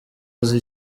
azi